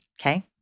Okay